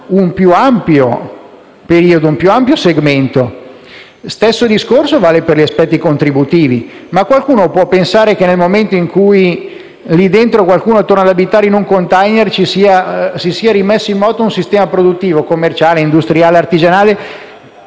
un più ampio periodo e un più ampio segmento. Stesso discorso vale per gli aspetti contributivi. Si può pensare che, nel momento in cui qualcuno torna ad abitare in un *container*, lì si sia rimesso in moto un sistema produttivo, commerciale, industriale ed artigianale